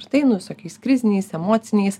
štai nu visokiais kriziniais emociniais